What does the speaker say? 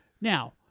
Now